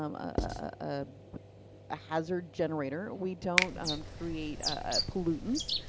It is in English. um ah a hazard generator, we don't create ah pollutants.